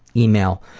email,